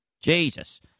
Jesus